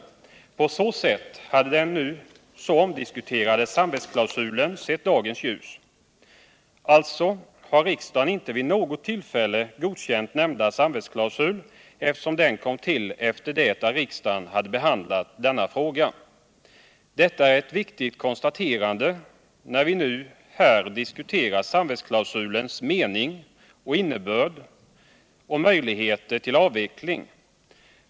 På så sätt hade den nu så omdiskuterade samvetsklausulen sett dagens ljus. Alltså har riksdagen inte vid något tillfälle godkänt nämnda samvetsklausul. eftersom den kom till efter det att riksdagen hade behandlat denna fråga. Detta är eu viktigt konstaterande när vi nu här diskuterar samvetsklausulens mening och innebörd samt möjligheterna att av veckla den.